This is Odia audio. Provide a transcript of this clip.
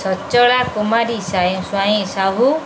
ସଚଳା କୁମାରୀ ସାହୁ